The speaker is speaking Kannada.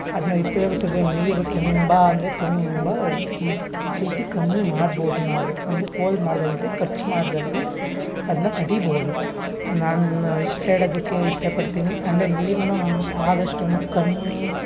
ಅದನ್ನ ಉಪ್ಯೋಗ್ಸಿದ್ರೆ ನೀರು ತುಂಬ ಅಂದರೆ ತುಂಬ ಕಮ್ಮಿ ಮಾಡ್ಬೋದು ನಾವು ಅಂದರೆ ಪೋಲು ಮಾಡದಂತೆ ಖರ್ಚು ಮಾಡದಂತೆ ಅದನ್ನ ತಡಿಬೋದು ನಾನು ಇಷ್ಟು ಹೇಳದಿಕ್ಕೆ ಇಷ್ಟಪಡ್ತೀನಿ ಅಂದರೆ ನೀರನ್ನು ಅದಷ್ಟನ್ನು ಕಮ್ಮಿ